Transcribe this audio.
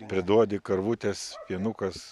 priduodi karvutės jonukas